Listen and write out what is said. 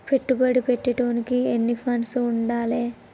పెట్టుబడి పెట్టేటోనికి ఎన్ని ఫండ్స్ ఉండాలే?